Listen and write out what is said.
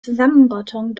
zusammenrottung